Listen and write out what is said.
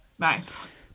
Nice